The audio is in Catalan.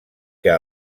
que